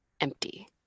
empty